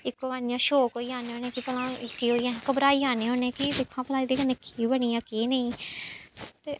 इक्को बार इ'यां शाक होई जन्ने होन्नें कि भला एह् केह् होई गेआ अस घबराई जन्ने होन्नें कि दिक्खो हां भला एह्दे कन्नै केह् बनी गेआ केह् नेईं ते